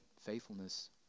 faithfulness